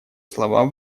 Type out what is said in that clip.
слова